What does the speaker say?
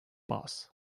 boss